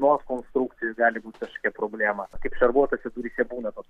nuo konstrukcijų gali būt kažkokia problema na kaip šarvuotose duryse būna tos